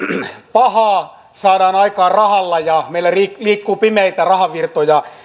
pahaa saadaan aikaan rahalla ja meillä liikkuu pimeitä rahavirtoja